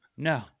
No